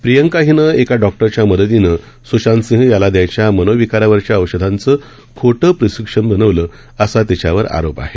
प्रियंका हिनं एका डॉक्टरच्या मदतीनं स्शातसिह याला द्यायच्या मनोविकारावरच्या औषधांचं खोटं प्रिस्क्रिप्शन बनवलं असा तिच्यावर आरोप आहे